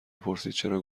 پرسیدچرا